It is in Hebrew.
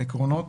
עקרונות: